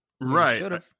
Right